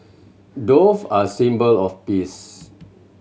dove are symbol of peace